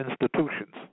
institutions